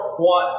One